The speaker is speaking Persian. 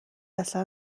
اصلا